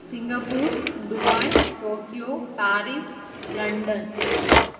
Singapore Dubai Tokyo Paris London